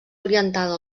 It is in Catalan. orientada